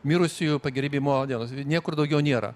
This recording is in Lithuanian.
mirusiųjų pagerbimo dienos niekur daugiau nėra